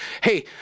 hey